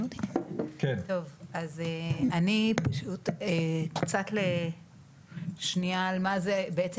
אני אעבור קצת לשנייה על מה זה בעצם